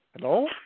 Hello